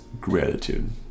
gratitude